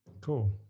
cool